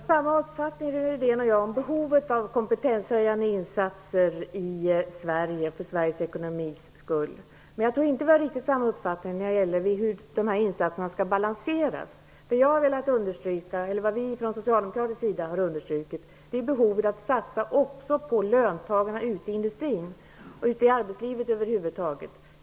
Herr talman! Rune Rydén och jag har samma uppfattning om behovet av kompetenshöjande insatser för Sveriges ekonomis skull. Men jag tror inte att vi har riktigt samma uppfattning om hur dessa insatser skall balanseras. Vi socialdemokrater har velat understryka behovet av att också satsa på löntagarna ute i industrin och arbetslivet över huvud taget.